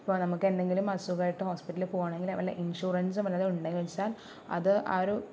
ഇപ്പോൾ നമുക്ക് എന്തെങ്കിലും അസുഖം ആയിട്ട് ഹോസ്പിറ്റലിൽ പോകുവാണെങ്കിൽ വല്ല ഇൻഷുറൻസ് ഉണ്ടെന്ന് വെച്ചാൽ അത് ആ ഒരു